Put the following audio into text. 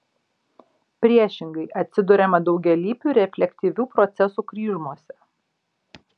priešingai atsiduriama daugialypių reflektyvių procesų kryžmose